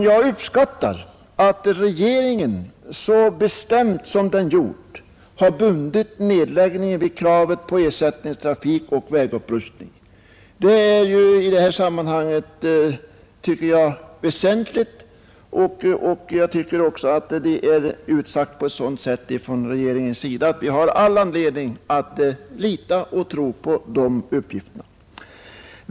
Jag uppskattar att regeringen så bestämt som den gjort bundit nedläggningen vid kravet på ersättningstrafik och vägupprustning. Det är i detta sammanhang väsentligt. Jag tycker också att det är utsagt på ett sådant sätt från regeringens sida att vi har all anledning att lita på dessa uppgifter.